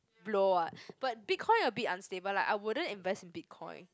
blow what but Bitcoin a bit unstable I wouldn't invest in BitCoin